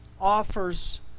offers